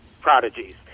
prodigies